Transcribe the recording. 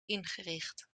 ingericht